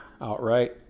outright